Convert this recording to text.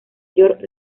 york